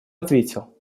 ответил